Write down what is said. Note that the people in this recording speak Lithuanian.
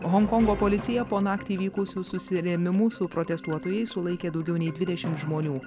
honkongo policija po naktį vykusių susirėmimų su protestuotojais sulaikė daugiau nei dvidešim žmonių